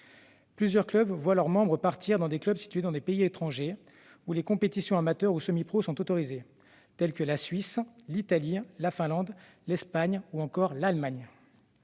Plusieurs clubs voient leurs membres les quitter pour d'autres, situés dans des pays étrangers où les compétitions amateurs ou semi-professionnelles sont autorisées, tels que la Suisse, l'Italie, la Finlande, l'Espagne ou encore l'Allemagne.